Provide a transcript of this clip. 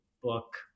book